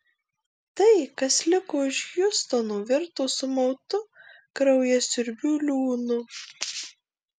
tai kas liko iš hjustono virto sumautu kraujasiurbių liūnu